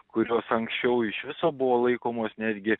kurios anksčiau iš viso buvo laikomos netgi